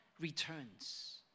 returns